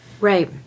Right